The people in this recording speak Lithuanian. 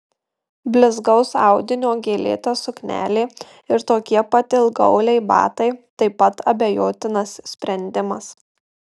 blizgaus audinio gėlėta suknelė ir tokie pat ilgaauliai batai taip pat abejotinas sprendimas